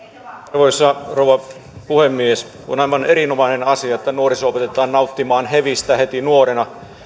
arvoisa rouva puhemies on aivan erinomainen asia että nuoriso opetetaan nauttimaan hevistä heti nuorena